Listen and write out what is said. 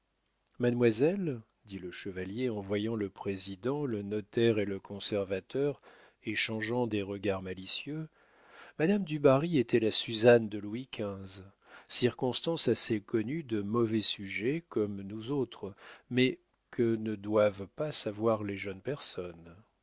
mademoiselle dit le chevalier en voyant le président le notaire et le conservateur échangeant des regards malicieux madame du barry était la suzanne de louis xv circonstance assez connue de mauvais sujets comme nous autres mais que ne doivent pas savoir les jeunes personnes